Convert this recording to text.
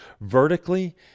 vertically